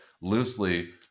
loosely